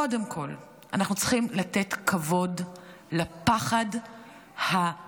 קודם כול אנחנו צריכים לתת כבוד לפחד האמיתי,